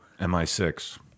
MI6